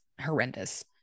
horrendous